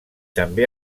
també